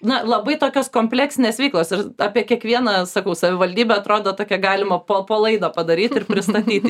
na labai tokios kompleksinės veiklos ir apie kiekvieną sakau savivaldybė atrodo tokią galima po po laidą padaryt ir pristatyti